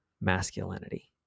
masculinity